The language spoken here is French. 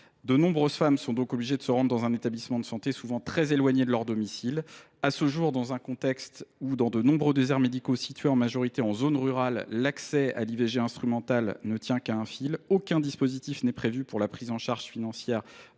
De nombreuses femmes sont obligées de se rendre dans un établissement de santé souvent très éloigné de leur domicile. Or, à ce jour, dans un contexte où, dans de nombreux déserts médicaux, situés, en majorité, en zone rurale, l’accès à l’IVG instrumental ne tient qu’à un fil, aucun dispositif n’est prévu pour la prise en charge financière